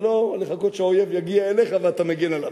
ולא לחכות שהאויב יגיע אליך ואתה מגן מפניו.